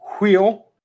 wheel